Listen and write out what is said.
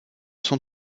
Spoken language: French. sont